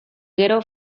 gero